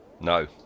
No